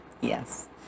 yes